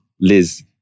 Liz